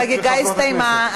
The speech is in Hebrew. החגיגה הסתיימה.